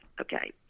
Okay